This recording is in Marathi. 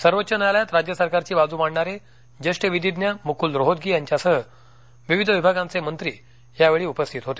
सर्वोच्च न्यायालयात राज्य सरकारची बाजू मांडणारे ज्येष्ठ विधीज्ञ मुकूल रोहतगी यांच्यासह विविध विभागांचे मंत्री यावेळी उपस्थित होते